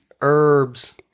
herbs